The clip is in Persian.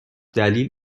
دلیل